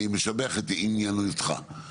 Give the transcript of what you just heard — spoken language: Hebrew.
אני משבח את ענייניותך.